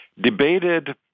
debated